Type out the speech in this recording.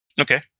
okay